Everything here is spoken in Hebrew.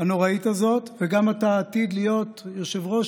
הנוראית הזאת וגם אתה עתיד להיות יושב-ראש